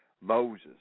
Moses